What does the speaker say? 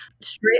straight